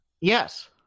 Yes